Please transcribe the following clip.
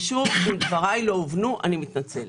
ושוב, אם דברי לא הובנו אני מתנצלת.